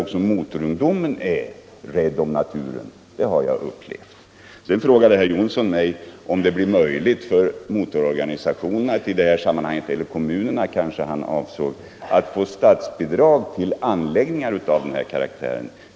Också motorungdomen är rädd om naturen, det har jag upplevt. Sedan frågade herr Jonsson mig om det blir möjligt för motororganisationerna — eller kanske det var kommunerna han avsåg — att få statsbidrag till övningsbanor.